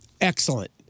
Excellent